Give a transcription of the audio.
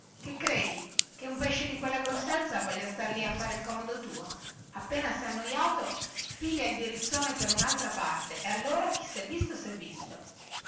che credi che un pesce di quella grossezza voglia star lì a fare il comodo tuo appena sè annoiato piglia il dirizzone per unaltra parte e allora chi sè visto sè visto